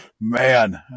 Man